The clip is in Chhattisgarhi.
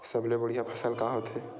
सबले बढ़िया फसल का होथे?